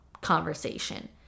conversation